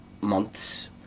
months